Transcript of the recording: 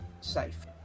safe